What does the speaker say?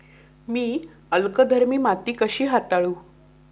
मी अल्कधर्मी माती कशी हाताळू?